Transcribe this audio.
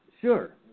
Sure